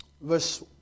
verse